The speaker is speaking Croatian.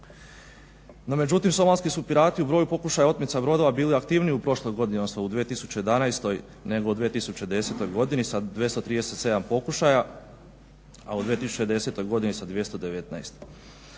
međutim somalski su pirati u broju pokušaja otmica brodova bili aktivniji u prošloj godini odnosno u 2011. nego u 2010. godini sa 237 pokušaja, a u 2010. godini sa 219.